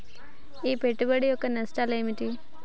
ఈ పెట్టుబడి యొక్క నష్టాలు ఏమిటి?